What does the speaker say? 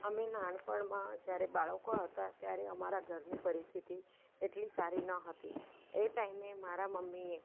અમે નાનપણમાં જ્યારે બાળકો હતાં ત્યારે અમારા ઘરની પરિસ્થિતિ એટલી સારી નહોતી એ ટાઈમે મારાં મમ્મીએ